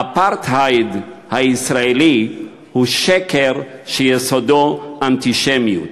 האפרטהייד הישראלי הוא שקר שיסודו אנטישמיות.